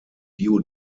bio